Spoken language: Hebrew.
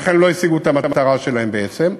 ולכן הם לא השיגו את המטרה שלהם בעצם,